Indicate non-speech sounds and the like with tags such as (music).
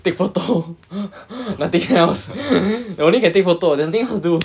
take photo (breath) nothing else (breath) you only can take photo nothing else to do